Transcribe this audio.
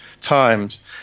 times